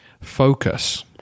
Focus